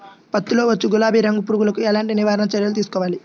పత్తిలో వచ్చు గులాబీ రంగు పురుగుకి ఎలాంటి నివారణ చర్యలు తీసుకోవాలి?